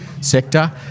sector